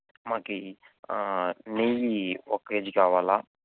మాకు నెయ్యి ఒక కేజీ కావాలి